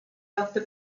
lotte